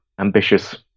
ambitious